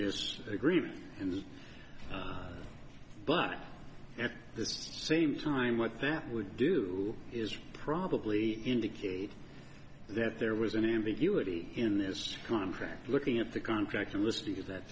this agreement and but at the same time what that would do is probably indicate that there was an ambiguity in this contract looking at the contract and listening to that